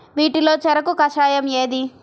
వీటిలో చెరకు కషాయం ఏది?